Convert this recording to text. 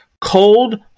cold